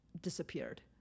disappeared